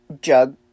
jug